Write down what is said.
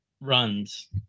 runs